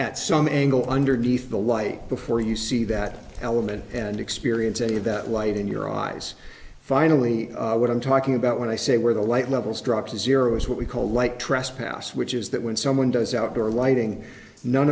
at some angle underneath the light before you see that element and experience any of that light in your eyes finally what i'm talking about when i say where the light levels drop to zero is what we call like trespass which is that when someone does outdoor lighting none